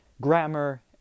grammar